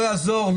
לא יעזור,